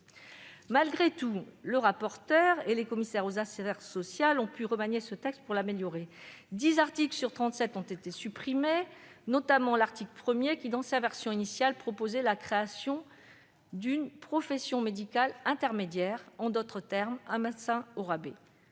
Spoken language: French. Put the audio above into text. Malgré tout, le rapporteur et les commissaires des affaires sociales ont pu le remanier et l'améliorer. Dix articles sur trente-sept ont été supprimés, notamment l'article 1qui, dans sa version initiale, prévoyait la création d'une « profession médicale intermédiaire », en d'autres termes un médecin au rabais.